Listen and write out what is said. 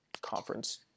conference